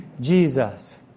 Jesus